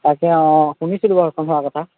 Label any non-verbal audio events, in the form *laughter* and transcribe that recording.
তাকে অঁ শুনিছিলোঁ বাৰু *unintelligible* হোৱাৰ কথা